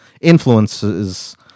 influences